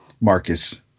Marcus